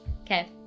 Okay